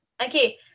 okay